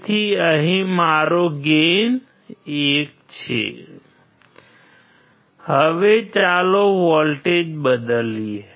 તેથી અહીં મારો ગેઇન 1 છે હવે ચાલો વોલ્ટેજ બદલીએ